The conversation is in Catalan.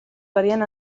ferien